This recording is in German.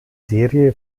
serie